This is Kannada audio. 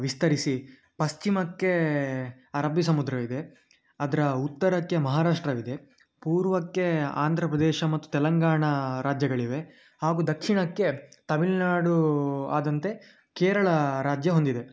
ವಿಸ್ತರಿಸಿ ಪಶ್ಚಿಮಕ್ಕೆ ಅರಬ್ಬಿ ಸಮುದ್ರವಿದೆ ಅದರ ಉತ್ತರಕ್ಕೆ ಮಹಾರಾಷ್ಟ್ರವಿದೆ ಪೂರ್ವಕ್ಕೆ ಆಂಧ್ರ ಪ್ರದೇಶ ಮತ್ತು ತೆಲಂಗಾಣ ರಾಜ್ಯಗಳಿವೆ ಹಾಗೂ ದಕ್ಷಿಣಕ್ಕೆ ತಮಿಳ್ನಾಡು ಆದಂತೆ ಕೇರಳ ರಾಜ್ಯ ಹೊಂದಿದೆ